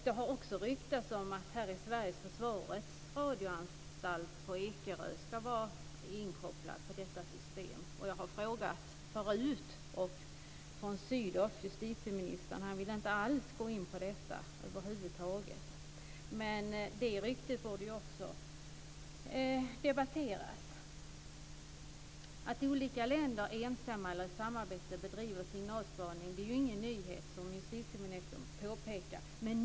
Det har också ryktats om att i Sverige ska Försvarets radioanstalt på Ekerö vara inkopplat på detta system. Jag har frågat förut, och von Sydow, försvarsministern, vill inte alls över huvud taget gå in på detta. Men det ryktet borde också debatteras. Att olika länder ensamma eller i samarbete bedriver signalspaning är ingen nyhet, som justitieministern påpekar.